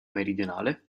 meridionale